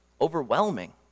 overwhelming